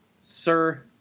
Sir